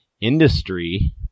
industry